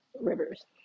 rivers